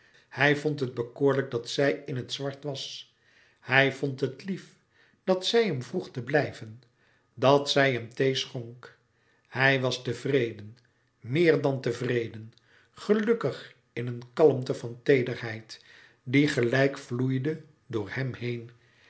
hij vond het bekoorlijk dat zij in het zwart was hij vond het lief dat zij hem vroeg te blijven dat zij hem thee schonk hij was tevreden meer dan tevreden gelukkig in een kalmte van teederheid die gelijkelijk vloeide door hem heen